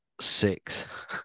six